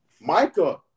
Micah